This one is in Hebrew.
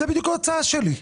זו בדיוק ההצעה שלי.